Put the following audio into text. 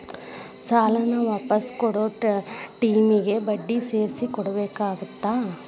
ಸಾಲಾನ ವಾಪಿಸ್ ಕೊಡೊ ಟೈಮಿಗಿ ಬಡ್ಡಿ ಸೇರ್ಸಿ ಕೊಡಬೇಕಾಗತ್ತಾ